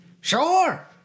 Sure